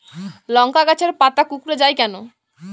লংকা গাছের পাতা কুকড়ে যায় কেনো?